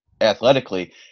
athletically